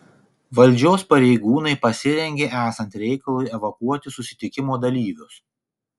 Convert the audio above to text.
valdžios pareigūnai pasirengė esant reikalui evakuoti susitikimo dalyvius